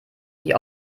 die